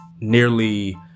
nearly